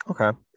Okay